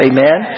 Amen